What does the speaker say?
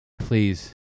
please